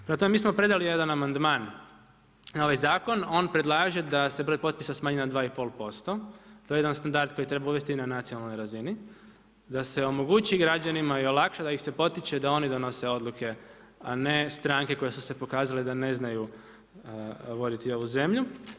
Prema tome, mi smo predali jedan amandman na ovaj zakon, on predlaže da se broj potpisa smanji na 2,5% to je jedan standard koji treba uvesti na nacionalnoj razini da se omogući građanima i olakša da ih se potiče da oni donose odluke, a ne stranke koje su se pokazale da ne znaju voditi ovu zemlju.